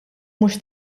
mhux